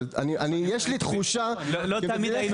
אבל יש לי תחושה --- לא תמיד היינו